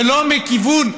ולא מכיוון,